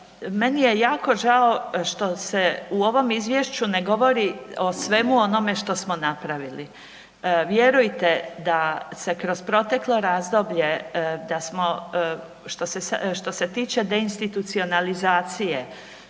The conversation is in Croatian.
meni je jako žao što se u ovom izvješću ne govori o svemu onome što smo napravili. Vjerujte da se kroz proteklo razdoblje da smo što se tiče deinstitucionalizacije,